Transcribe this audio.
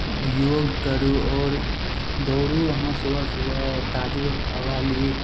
योग करू आओर दौड़ू अहाँ सुबह सुबह ताजे हवा ली